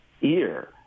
ear